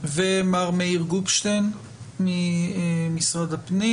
ומר מאיר גופשטיין ממשרד הפנים.